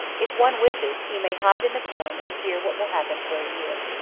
if one wishes, he may hide in the corn and hear what will happen for a year.